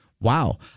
Wow